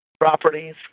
properties